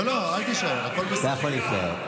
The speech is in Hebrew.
לא, לא, אל תישאר, הכול בסדר.